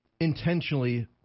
intentionally